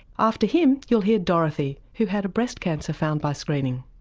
after him you'll hear dorothy, who had a breast cancer found by screening.